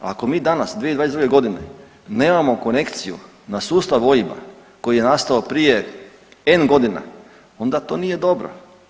Ako mi danas 2022. godine nemamo konekciju na sustav OIB-a koji je nastao prije n godina onda to nije dobro.